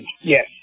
Yes